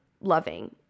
loving